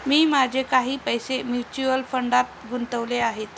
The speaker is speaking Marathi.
मी माझे काही पैसे म्युच्युअल फंडात गुंतवले आहेत